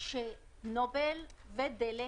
שנובל ודלק